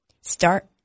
start